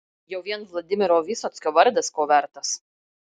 jau vien vladimiro vysockio vardas ko vertas